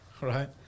right